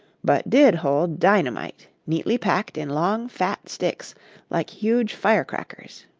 but did hold dynamite neatly packed in long, fat sticks like huge fire-crackers.